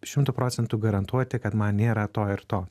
šimtu procentų garantuoti kad man nėra to ir to